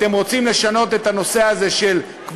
אתם רוצים לשנות את הנושא של קבוצות